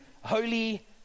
holy